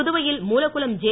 புதுவையில் மூலக்குளம் ஜெ